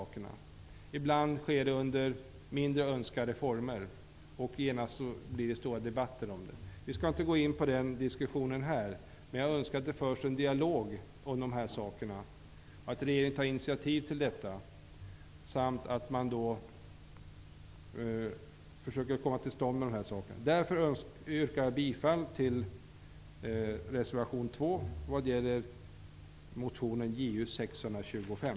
Ibland sker det under mindre önskade former, och genast blir det stora debatter om det. Vi skall inte gå in på den diskussionen här. Men jag önskar att regeringen tog initiativ till en dialog om de här sakerna och försökte komma till rätta med dem. Jag yrkar bifall till reservation 2 vad gäller motionen Ju625.